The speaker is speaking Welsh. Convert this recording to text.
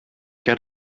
ger